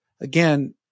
again